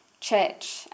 church